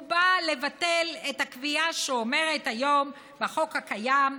הוא בא לבטל את הקביעה שאומרת היום, בחוק הקיים,